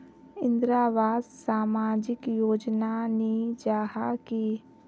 इंदरावास सामाजिक योजना नी जाहा की?